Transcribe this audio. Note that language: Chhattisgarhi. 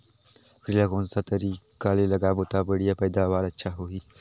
करेला ला कोन सा तरीका ले लगाबो ता बढ़िया पैदावार अच्छा होही?